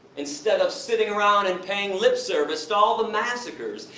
instead of sitting around and paying lip service to all the massacres,